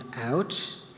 out